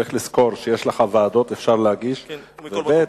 צריך לזכור שיש לך ועדות, אפשר להגיש, ב.